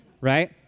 Right